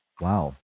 Wow